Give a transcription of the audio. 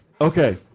Okay